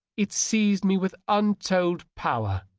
it seized me with untold power.